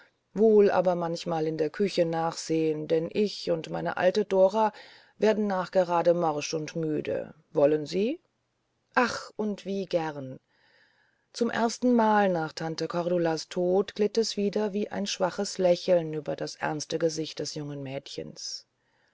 wohl aber manchmal in der küche nachsehen denn ich und meine alte dora werden nachgerade morsch und müde wollen sie ach und wie gern zum erstenmal nach tante cordulas tode glitt es wieder wie ein schwaches lächeln über das ernste gesicht des jungen mädchens